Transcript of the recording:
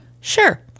Sure